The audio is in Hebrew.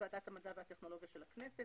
"ועדת המדע והטכנולוגיה של הכנסת,